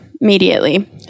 Immediately